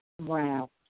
Wow